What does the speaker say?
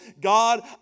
God